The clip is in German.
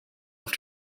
auf